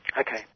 Okay